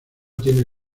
tiene